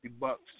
bucks